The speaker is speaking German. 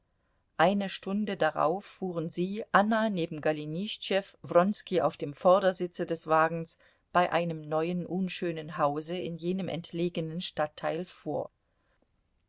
eine stunde darauf fuhren sie anna neben golenischtschew wronski auf dem vordersitze des wagens bei einem neuen unschönen hause in jenem entlegenen stadtteil vor